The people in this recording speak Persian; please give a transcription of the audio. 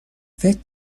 فکر